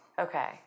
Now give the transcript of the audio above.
okay